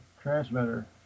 transmitter